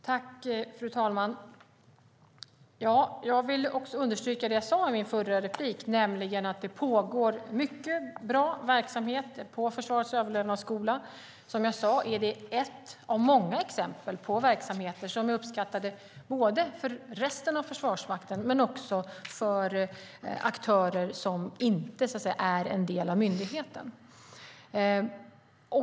Fru talman! Jag vill understryka det jag sade i mitt förra inlägg. Det pågår mycket bra verksamhet på Försvarsmaktens överlevnadsskola. Som jag sade är det ett av många exempel på verksamheter som är uppskattade av resten av Försvarsmakten men också av aktörer som inte är en del av myndigheten.